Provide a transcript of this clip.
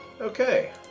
Okay